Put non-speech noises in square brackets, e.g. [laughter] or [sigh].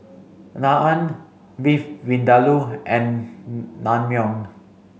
Naan Beef Vindaloo and [hesitation] Naengmyeon